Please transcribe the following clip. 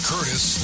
Curtis